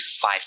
five